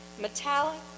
metallic